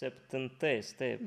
septintais taip